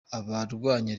abarwanya